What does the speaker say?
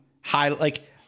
high—like